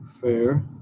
Fair